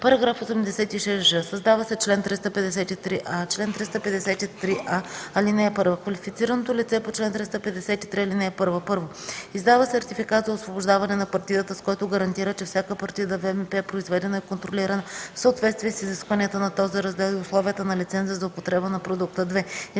§ 86ж. Създава се чл. 353а: „Чл. 353а. (1) Квалифицираното лице по чл. 353, ал. 1: 1. издава сертификат за освобождаване на партидата, с който гарантира, че всяка партида ВМП е произведена и контролирана в съответствие с изискванията на този раздел и условията на лиценза за употреба на продукта. 2.